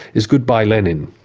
is goodbye lenin,